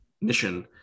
mission